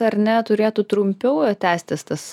ar ne turėtų trumpiau tęstis tas